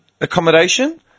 accommodation